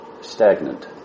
stagnant